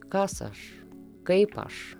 kas aš kaip aš